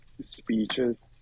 speeches